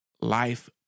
life